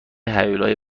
هیولای